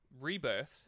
Rebirth